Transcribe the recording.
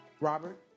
Robert